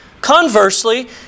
Conversely